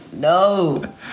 No